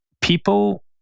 people